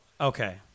Okay